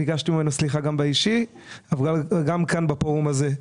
ביקשתי ממנו סליחה גם באישי אבל אני עושה זאת גם כאן בפורום הזה.